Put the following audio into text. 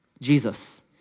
Jesus